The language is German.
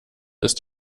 ist